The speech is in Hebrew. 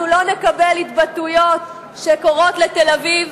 אנחנו לא נקבל התבטאויות שקוראות לתל-אביב